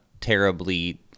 terribly